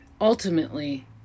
Ultimately